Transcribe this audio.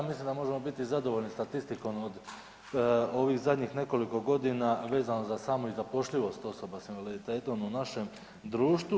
Mislim da možemo biti zadovoljni statistikom od ovih zadnjih nekoliko godina vezano za samu i zapošljivost osoba s invaliditetom u našem društvu.